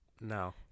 No